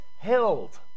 held